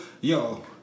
Yo